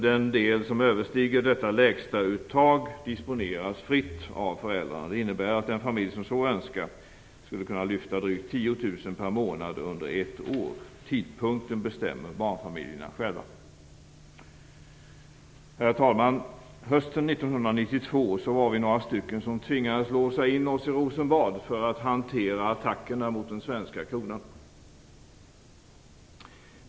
Den del som överstiger detta lägstauttag disponeras fritt av föräldrarna. Det innebär att den familj som så önskar skulle kunna lyfta drygt 10 000 kr per månad under ett år. Tidpunkten bestämmer barnfamiljerna själva. Herr talman! Hösten 1992 var vi några stycken som tvingades låsa in oss i Rosenbad för att hantera attackerna mot den svenska kronan.